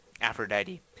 Aphrodite